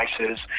devices